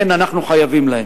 כן, אנחנו חייבים להם.